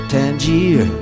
Tangier